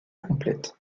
complète